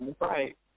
right